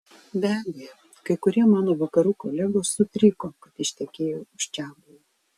be abejo kai kurie mano vakarų kolegos sutriko kad ištekėjau už čiabuvio